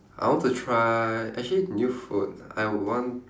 I want to try actually new food I want